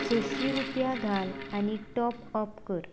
सशीं रुपया घाल आनी टॉप अप कर